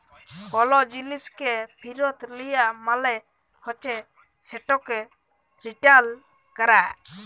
call জিলিসকে ফিরত লিয়া মালে হছে সেটকে রিটার্ল ক্যরা